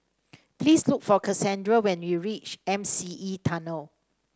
please look for Cassandra when you reach M C E Tunnel